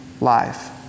life